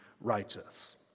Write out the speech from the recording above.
righteous